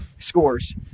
scores